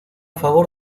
favor